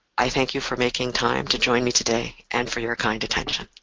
i thank you for making time to join me today and for your kind attention.